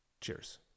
cheers